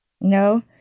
No